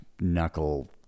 knuckle